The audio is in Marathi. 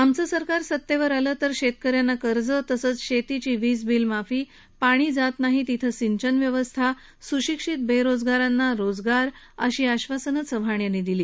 आमचं सरकार सतेवर आलं तर शेतकऱ्यांना कर्ज तसंच शेतीची वीज बील माफी पाणी जात नाही तिथं सिंचन व्यवस्था निर्माण करणं सुशिक्षित बेरोजगार मुलांना रोजगार अशी आश्वासनं चव्हाण यांनी दिली